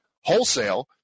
wholesale